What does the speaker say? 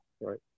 right